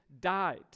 died